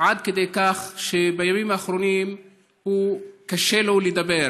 עד כדי כך שבימים האחרונים קשה לו לדבר.